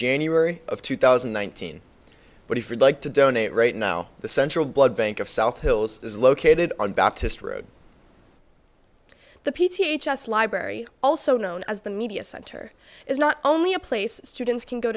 january of two thousand and nineteen but if you'd like to donate right now the central blood bank of south hills is located on baptist road the p t just library also known as the media center is not only a place students can go